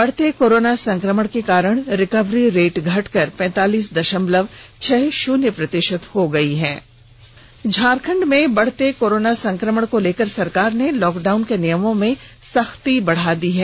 बढ़ते कोरोना संक्रमण के कारण रिकवरी रेट घटकर पैंतीलीस दशमल छह शून्य हो गई है झारखंड में बढ़ते कोरोना संक्रमण को लेकर सरकार ने लॉकडाउन के नियमों में सख्ती बढ़ा दी है